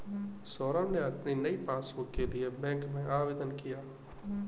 सौरभ ने अपनी नई पासबुक के लिए बैंक में आवेदन किया